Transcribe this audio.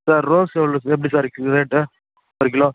sir rose எவ்வளோ எப்படி sir rate ஒரு கிலோ